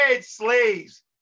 slaves